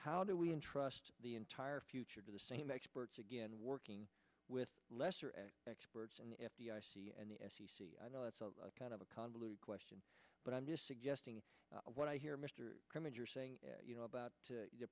how do we entrust the entire future to the same experts again working with lesser experts in the f b i and the f c c i know that's kind of a convoluted question but i'm just suggesting what i hear mr crimmins you're saying you know about the